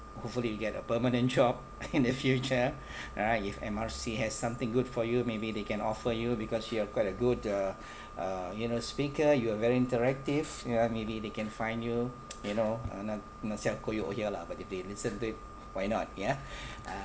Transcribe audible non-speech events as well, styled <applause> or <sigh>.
hopefully you get a permanent job <laughs> in the future <breath> ah if M_R_C has something good for you maybe they can offer you because you are quite a good uh <breath> uh you know speaker you are very interactive ya maybe they can find you <noise> you know uh na~ over here lah but if they listen to it why not ya <breath> uh